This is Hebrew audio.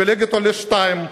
פילג אותה לשתיים,